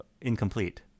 incomplete